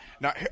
Now